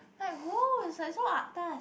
like !woah! it's so atas